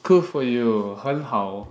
cool for you 很好